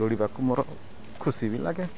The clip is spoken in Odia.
ଦୌଡ଼ିବାକୁ ମୋର ଖୁସି ବି ଲାଗେ